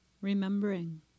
remembering